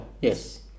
Yes